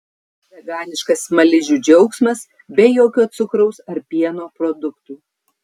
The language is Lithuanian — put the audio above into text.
veganiškas smaližių džiaugsmas be jokio cukraus ar pieno produktų